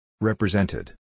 Represented